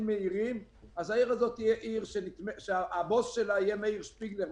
מהירים העיר הזאת תהיה עיר שהבוס שלה יהיה מאיר שפיגלר,